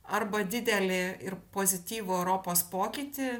arba didelį ir pozityvų europos pokytį